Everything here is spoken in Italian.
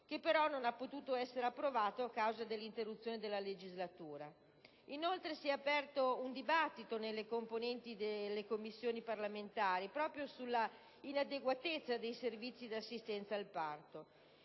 che tuttavia non ha potuto essere approvato a causa dell'interruzione della legislatura stessa. Inoltre, si era aperto un dibattito tra le componenti delle Commissioni parlamentari sulla inadeguatezza dei servizi di assistenza al parto.